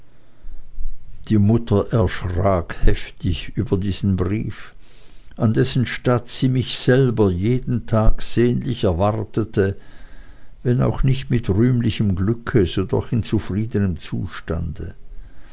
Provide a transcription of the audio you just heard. die mutter erschrak heftig über diesen brief an dessen statt sie mich selber jeden tag sehnlich erwartete wenn auch nicht mit rühmlichem glücke so doch in zufriedenem zustande